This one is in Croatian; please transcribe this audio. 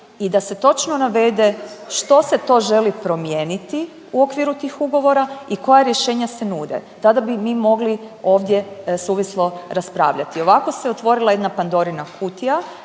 i da se točno navede što se to želi promijeniti u okviru tih ugovora i koja rješenja se nude. Tada bi mogli ovdje suvislo raspravljati. Ovako se otvorila jedna Pandorina kutija